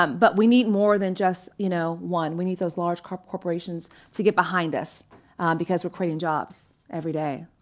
um but we need more than just you know one. we need those large corporations to get behind us because we're creating jobs every day.